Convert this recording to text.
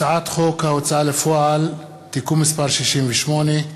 הצעת חוק ההוצאה לפועל (תיקון מס' 68)